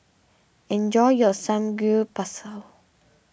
enjoy your Samgyeopsal